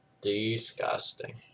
Disgusting